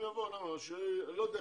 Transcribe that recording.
אני לא יודע,